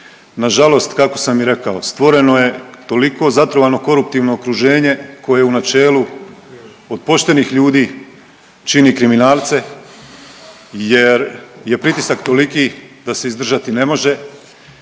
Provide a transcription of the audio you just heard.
nažalost kako sam i rekao, stvoreno je toliko zatrovano koruptivno okruženje koje u načelu od poštenih ljudi čini kriminalce jer je pritisak toliki da se izdržati ne može,